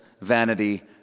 vanity